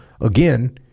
again